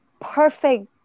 perfect